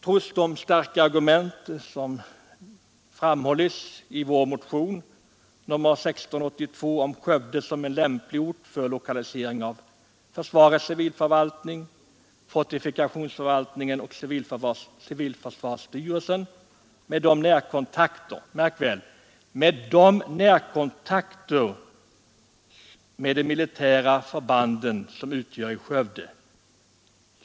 Trots de starka argument som framförts i vår motion 1682 om Skövde som en lämplig ort för lokalisering av försvarets civilförvaltning, fortifikationsförvaltningen och civilförsvarsstyrelsen, med — märk väl — de närkontakter som de militära förbanden i Skövde utgör, har utskottet inte funnit skäl att tillstyrka motionen.